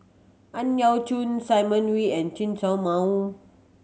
Ang Yau Choon Simon Wee and Chen Show Mao